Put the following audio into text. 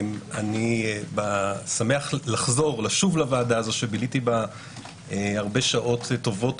אני שמח לשוב לוועדה הזו שביליתי בה שעות רבות וטובות